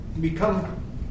become